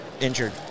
injured